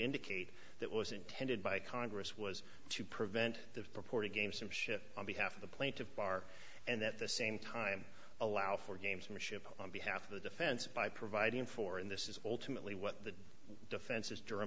indicate that was intended by congress was to prevent the purported gamesmanship on behalf of the plaintiff's bar and that the same time allow for gamesmanship on behalf of the defense by providing for and this is ultimately what the defense is germ